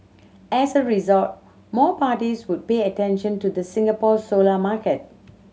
as a result more parties would pay attention to the Singapore solar market